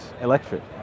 electric